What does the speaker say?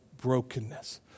brokenness